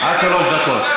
עד שלוש דקות.